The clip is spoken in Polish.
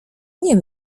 nie